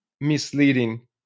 misleading